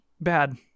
bad